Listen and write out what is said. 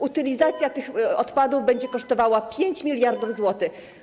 Utylizacja tych odpadów będzie kosztowała 5 mld zł.